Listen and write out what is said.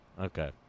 Okay